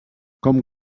com